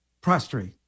Prostrate